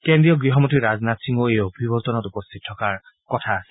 কেন্দ্ৰীয় গৃহমন্ত্ৰী ৰাজনাথ সিঙো এই অভিৱৰ্তনত উপস্থিত থকাৰ কথা আছে